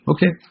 Okay